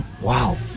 Wow